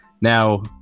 Now